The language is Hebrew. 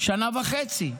שנה וחצי.